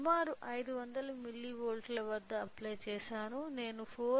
సుమారు 500 మిల్లీవోల్ట్ల వద్ద అప్లై చేశాను నేను 4